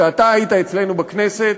שאתה היית אצלנו בכנסת,